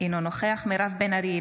אינו נוכח מירב בן ארי,